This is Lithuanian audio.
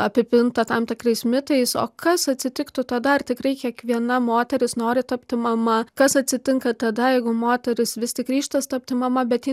apipinta tam tikrais mitais o kas atsitiktų tada ar tikrai kiekviena moteris nori tapti mama kas atsitinka tada jeigu moteris vis tik ryžtas tapti mama bet ji